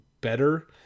better